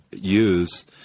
use